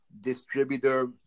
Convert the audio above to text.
distributor